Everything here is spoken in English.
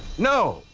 no.